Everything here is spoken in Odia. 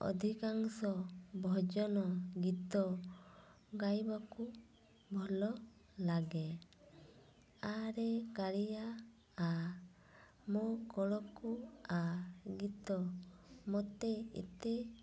ଅଧିକାଂଶ ଭଜନ ଗୀତ ଗାଇବାକୁ ଭଲ ଲାଗେ ଆ ରେ କାଳିଆ ଆ ମୋ କୋଳକୁ ଆ ଗୀତ ମୋତେ ଏତେ